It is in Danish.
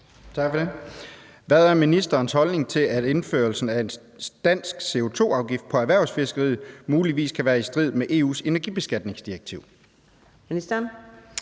Hvad er ministerens holdning til at indføre en dansk CO2-afgift på erhvervsfiskeriet, hvilket muligvis kan være i strid med EU’s energibeskatningsdirektiv?